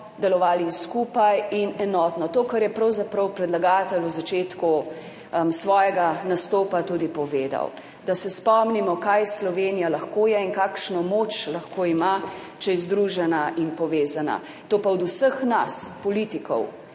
delovali skupaj in enotno, tako kot je pravzaprav predlagatelj v začetku svojega nastopa tudi povedal. Da se spomnimo, kaj Slovenija lahko je in kakšno moč lahko ima, če je združena in povezana. To pa od vseh nas politikov,